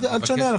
אל תשנה.